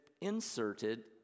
inserted